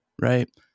right